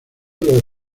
los